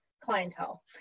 clientele